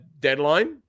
deadline